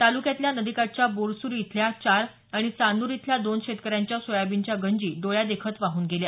तालुक्यातल्या नदीकाठच्या बोरसुरी इथल्या चार आणि चांद्र इथल्या दोन शेतकऱ्यांच्या सोयाबीनच्या गंजी डोळ्यादेखत वाहून गेल्या